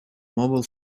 mobile